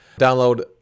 Download